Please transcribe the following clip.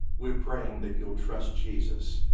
we're praying that you'll trust jesus.